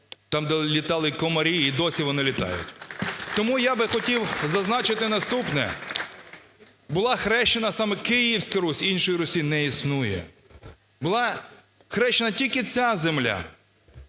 там, де літали комарі, і досі вони літають. Тому я би хотів зазначити наступне, була хрещена саме Київська Русь, іншої Русі не існує. Була хрещена тільки ця земля,